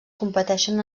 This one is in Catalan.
competeixen